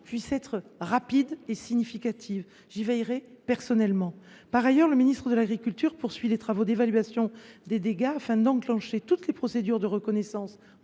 puissent être rapides et significatives. J’y veillerai personnellement. Par ailleurs, le ministre de l’agriculture poursuit les travaux d’évaluation des dégâts, afin d’enclencher toutes les procédures de reconnaissance